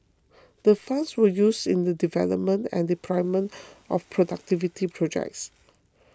the funds were used in the development and deployment of productivity projects